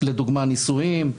לדוגמה נישואים,